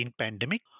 pandemic